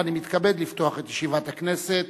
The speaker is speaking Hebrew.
אני מתכבד לפתוח את ישיבת הכנסת.